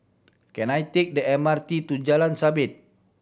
can I take the M R T to Jalan Sabit